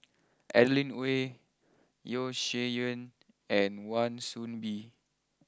Adeline Ooi Yeo Shih Yun and Wan Soon Bee